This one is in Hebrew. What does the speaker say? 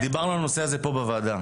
ודיברנו על הנושא הזה פה בוועדה.